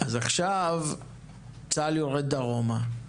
עכשיו צה"ל יורד דרומה,